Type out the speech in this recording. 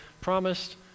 promised